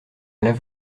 lave